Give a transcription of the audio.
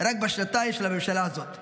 רק בשנתיים של הממשלה הזאת.